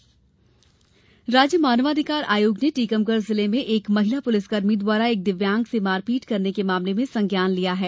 मानवाधिकार आयोग राज्य मानवाधिकार आयोग ने टीकमगढ़ जिले में एक महिला पुलिसकर्मी द्वारा एक दिव्यांग से मारपीट करने के मामले में संज्ञान लिया है